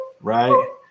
right